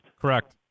Correct